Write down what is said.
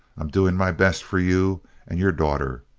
i'm doing my best for you and your daughter,